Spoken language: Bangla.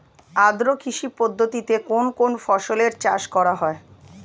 আদ্র কৃষি পদ্ধতিতে কোন কোন ফসলের চাষ করা হয়?